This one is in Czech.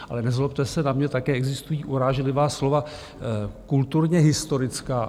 Ale nezlobte se na mě, také existují urážlivá slova kulturněhistorická.